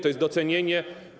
To jest docenienie.